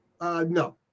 No